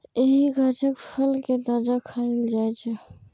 एहि गाछक फल कें ताजा खाएल जाइ छै